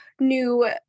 new